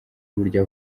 uburyo